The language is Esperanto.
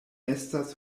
estas